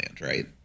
right